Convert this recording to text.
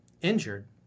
injured